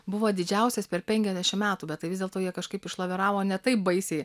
buvo didžiausias per penkiasdešimt metų bet tai vis dėlto jie kažkaip išlaviravo ne taip baisiai